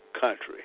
country